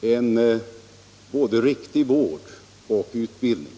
en riktig vård och utbildning.